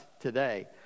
today